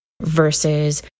versus